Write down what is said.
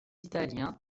italiens